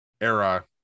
era